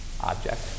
object